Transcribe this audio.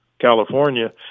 California